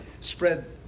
spread